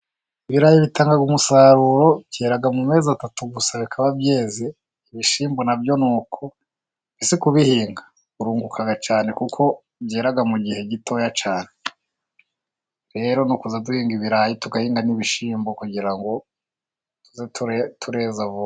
Ibirayi bitanga umusaruro, byera mu mezi atatu gusa bikaba byeze, ibishyimbo na byo ni uko mbese kubihinga urunguka cyane ,byera mu gihe gito cyane, rero ni ukujya duhinga ibirayi ,tugahinga n'ibishyimbo.